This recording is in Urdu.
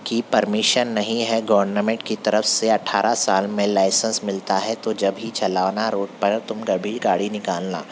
کی پرمیشن نہیں ہے گورنمنٹ کی طرف سے اٹھا رہ سال میں لائنسینس ملتا ہے تو جبھی چلانا روڈ پر تم کبھی گاڑی نکالنا